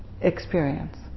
experience